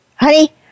Honey